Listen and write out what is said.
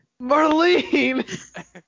Marlene